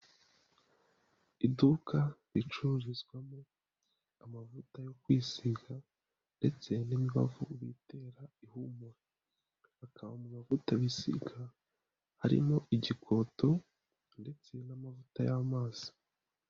Iduka ricururizwamo amavuta yo kwisiga ndetse n'imbavu bitera ihumura, bakaba mu mavuta bisiga harimo igikoto ndetse n'amavuta y'amazi.